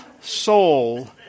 soul